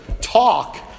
talk